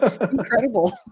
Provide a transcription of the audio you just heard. Incredible